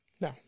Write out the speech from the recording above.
No